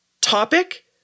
topic